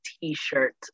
t-shirt